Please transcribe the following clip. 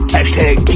Hashtag